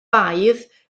baedd